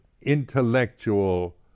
intellectual